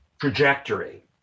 trajectory